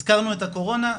הזכרנו את הקורונה,